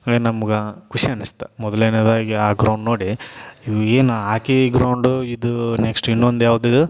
ಏಯ್ ನಮ್ಗೆ ಖುಷಿ ಅನಿಸ್ತು ಮೊದ್ಲನೇದಾಗಿ ಆ ಗ್ರೌಂಡ್ ನೋಡಿ ಅಯ್ಯೋ ಏನು ಆಕಿ ಗ್ರೌಂಡು ಇದು ನೆಕ್ಸ್ಟ್ ಇನ್ನೊಂದು ಯಾವ್ದು ಇದು